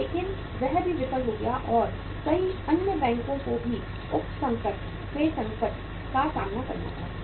लेकिन वह भी विफल हो गया और कई अन्य बैंकों को भी उप संकट के संकट का सामना करना पड़ा